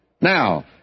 Now